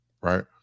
right